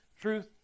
truth